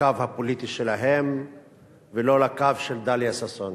לקו הפוליטי שלהם ולא לקו של טליה ששון.